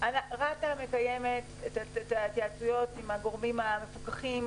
רת"א מקיימת את ההתייעצויות עם הגורמים המפוקחים.